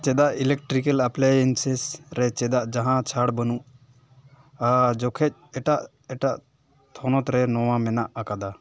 ᱪᱮᱫᱟᱜ electrical appliance ᱨᱮ ᱪᱮᱫᱟᱜ ᱡᱟᱦᱟᱸ ᱪᱷᱟᱲ ᱵᱟᱹᱱᱩᱜᱼᱟ ᱡᱚᱠᱷᱚᱡ ᱮᱴᱟᱜ ᱮᱴᱟᱜ ᱛᱷᱚᱱᱚᱛ ᱨᱮ ᱱᱚᱣᱟ ᱢᱮᱱᱟᱜ ᱟᱠᱟᱫᱟ